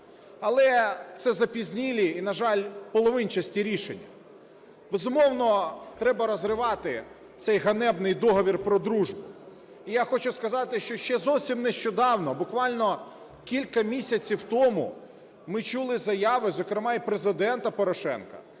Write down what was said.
Але це запізнілі і, на жаль, половинчасті рішення. Безумовно, треба розривати цей ганебний договір про дружбу. І я хочу сказати, що ще зовсім нещодавно, буквально кілька місяців тому, ми чули заяви, зокрема і Президента Порошенка,